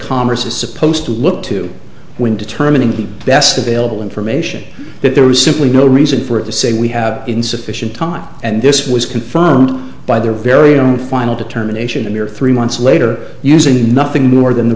congress is supposed to look to when determining the best available information that there is simply no reason for it to say we have insufficient time and this was confirmed by their very own final determination and their three months later using nothing more than the